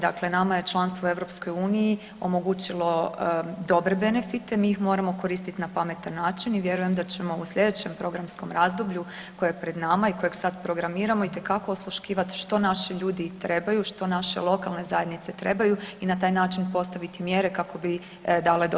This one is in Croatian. Dakle, nama je članstvo u EU omogućilo dobre benefite, mi ih moramo koristiti na pametan način i vjerujem da ćemo u sljedećem programskom razdoblju koje je pred nama i kojeg sad programiramo itekako osluškivati što naši ljudi trebaju, što naše lokalne zajednice trebaju i na taj način postaviti mjere kako bi dale dodanu vrijednost.